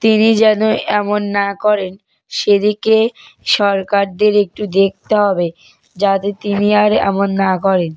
তিনি যেন এমন না করেন সেদিকে সরকারদের একটু দেখতে হবে যাতে তিনি আর এমন না করেন